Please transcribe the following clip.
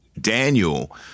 Daniel